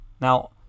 now